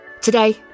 Today